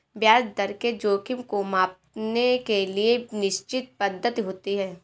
ब्याज दर के जोखिम को मांपने के लिए निश्चित पद्धति होती है